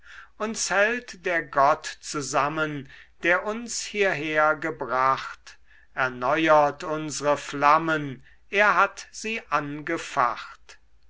uns hält der gott zusammen der uns hierher gebracht erneuert unsre flammen er hat sie angefacht